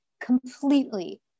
completely